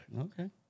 Okay